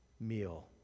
meal